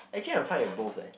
actually I fine with both leh